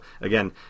again